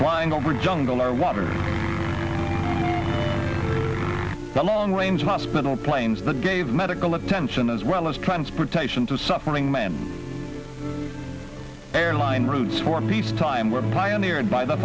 flying over a jungle or waters the long range hospital planes that gave medical attention as well as transportation to suffering man airline routes for peacetime were pioneered by the